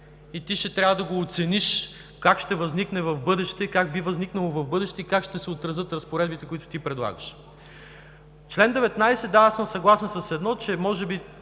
и ти ще трябва да го оцениш как би могло да възникне в бъдеще и как ще се отразят разпоредбите, които ти предлагаш? Член 19 – да, аз съм съгласен с едно, че може би